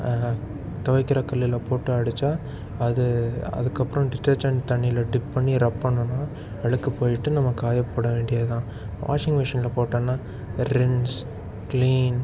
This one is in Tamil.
துவைக்கிற கல்லில் போட்டு அடுச்சால் அது அதுக்கப்புறோம் டிட்டர்ஜன் தண்ணியில் டிப் பண்ணி ரப் பண்ணுணோம்ன்னா அழுக்கு போயிட்டு நம்ம காயப்போட வேண்டியது தான் வாஷிங்மிஷினில் போட்டோம்னா ரிங்ஸ் க்ளீன்